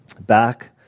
Back